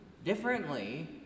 differently